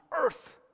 earth